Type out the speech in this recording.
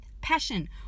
passion